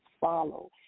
follow